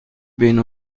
بین